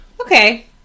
Okay